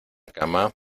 cama